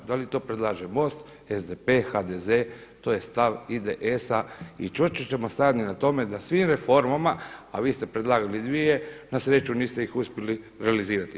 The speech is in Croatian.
Da li to predlaže MOST, SDP, HDZ, to je stav IDS-a i čvrsto ćemo stajati na tome da svim reformama, a vi ste predlagali dvije na sreću niste ih uspjeli realizirati.